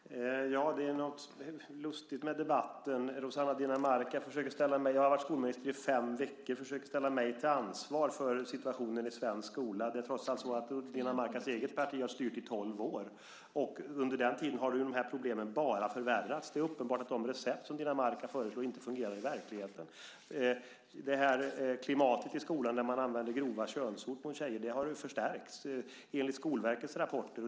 Herr talman! Det är något lustigt med debatten. Jag har varit skolminister i fem veckor, och Rossana Dinamarca försöker ställa mig till ansvar för situationen i svensk skola. Det är trots allt så att Rossana Dinamarcas eget parti har styrt i tolv år, och under den tiden har de här problemen bara förvärrats. Det är uppenbart att de recept som Rossana Dinamarca föreslår inte fungerar i verkligheten. Klimatet i skolan, att man använder grova könsord mot tjejer, har förstärkts enligt Skolverkets rapporter.